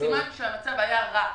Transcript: סימן שהמצב היה רע.